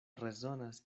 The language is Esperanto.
rezonas